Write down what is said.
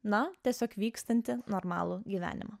na tiesiog vykstantį normalų gyvenimą